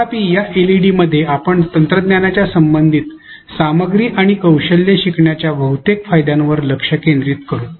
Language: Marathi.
तथापि या एलईडीमध्ये आपण तंत्रज्ञानाच्या संबंधित सामग्री आणि कौशल्ये शिकण्याच्या बहुतेक फायद्यावर लक्ष केंद्रित करू